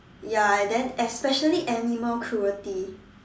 ya and then especially animal cruelty